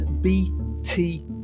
bt